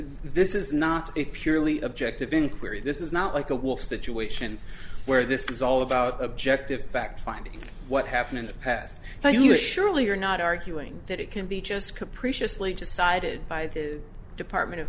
this is not a purely objective inquiry this is not like a wolf situation where this is all about objective fact finding what happened in the past but you surely are not arguing that it can be just capriciously decided by the department of